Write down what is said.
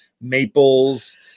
maples